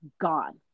gone